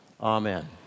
Amen